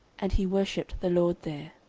and he worshipped the lord there.